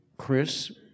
Chris